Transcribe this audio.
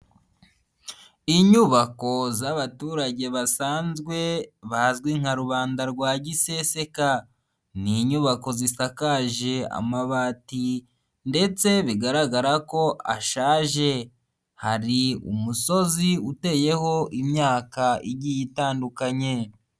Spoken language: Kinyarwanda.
Inyubako z'abaturage basanzwe bazwi nka rubanda rwa giseteka. Ni inyubako zisakaje amabati ndetse bigaragara ko ashaje. Hari umusozi uteyeho imyaka igiye itandukanye.